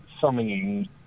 summing